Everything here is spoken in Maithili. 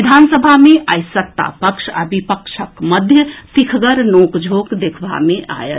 विधानसभा मे आई सत्ता पक्ष आ विपक्षक मध्य तीखगर नोकझोंक देखबा मे आएल